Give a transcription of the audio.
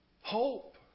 hope